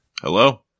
hello